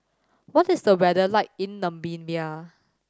what is the weather like in Namibia